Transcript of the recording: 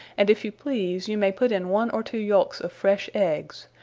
and if you please, you may put in one or two yelks of fresh eggs,